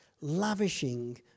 lavishing